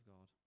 God